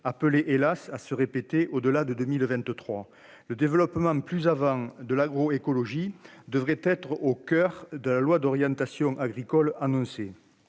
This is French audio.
financière hélas à se répéter au-delà de 2023 le développement plus avant de l'agro-écologie devrait être au coeur de la loi d'orientation agricole annoncé